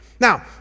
Now